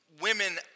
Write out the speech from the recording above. women